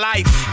Life